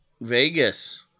vegas